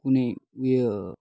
पनि उयो